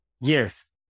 Yes